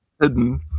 hidden